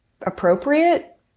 appropriate